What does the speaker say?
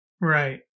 Right